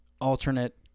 alternate